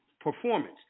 performance